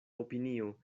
opinio